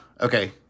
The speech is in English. okay